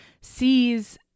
sees